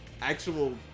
actual